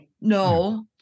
no